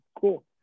Cool